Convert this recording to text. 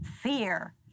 fear